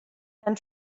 and